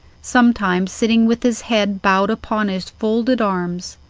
sometimes sitting with his head bowed upon his folded arms,